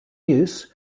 use